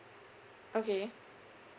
okay